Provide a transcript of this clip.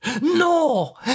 No